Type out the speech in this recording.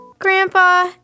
Grandpa